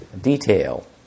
detail